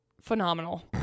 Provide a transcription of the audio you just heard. phenomenal